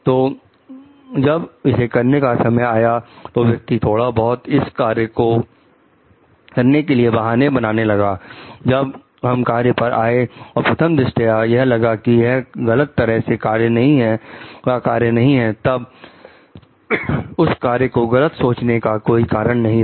तो जब इसे करने का समय आया तो व्यक्ति थोड़ा बहुत इस कार्य को करने के लिए बहाने बनाने लगा जब हम कार्य पर आए और प्रथम दृष्टया यह लगा कि वह गलत तरह का कार्य नहीं है तब उस कार्य को गलत सोचने का कोई कारण नहीं रहा